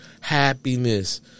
happiness